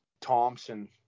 Thompson